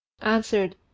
answered